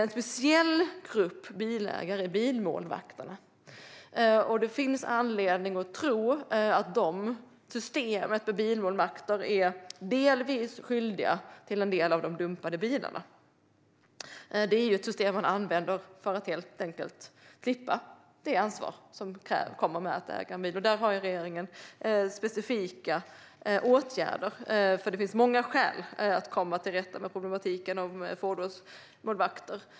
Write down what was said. En speciell grupp bilägare är bilmålvakterna. Det finns anledning att tro att systemet med bilmålvakter delvis är skyldigt till en del av de dumpade bilarna. Det är ett system som används för att helt enkelt slippa det ansvar som kommer med att äga en bil. Där vidtar regeringen specifika åtgärder. Det finns många skäl att komma till rätta med problemen med fordonsmålvakter.